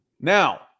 now